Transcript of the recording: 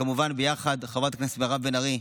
כמובן שביחד עם חברת הכנסת מירב בן ארי,